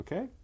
Okay